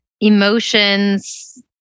emotions